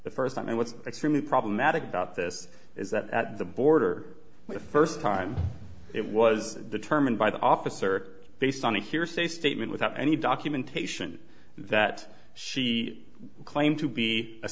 at first i was extremely problematic bout this is that at the border with first time it was determined by the officer based on the hearsay statement without any documentation that she claimed to be a